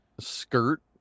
skirt